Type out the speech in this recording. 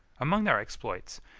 among their exploits,